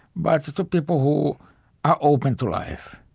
but to people who are open to life.